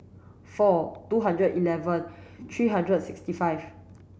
four two hundred eleven three hundred and sixty five